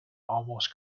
almost